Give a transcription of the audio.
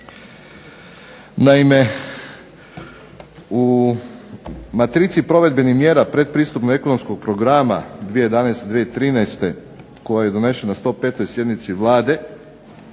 Naime u matrici provedbenih mjera pretpristupnog ekonomskog programa 2011.-2013. koji je donesen na 105. sjednici Vlade,